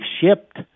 shipped